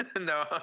No